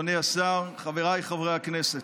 אדוני היושב-ראש, אדוני השר, חבריי חברי הכנסת.